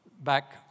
back